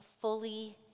fully